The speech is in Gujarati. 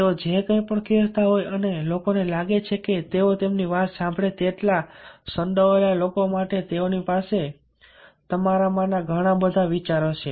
તેઓ જે કંઈ પણ કહેતા હોય અને લોકોને લાગે છે કે તેઓ તેમની વાત સાંભળે તેટલા સંડોવાયેલા લોકો માટે તેઓની પાસે તમારામાંના ઘણા બધા વિચારો છે